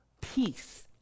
peace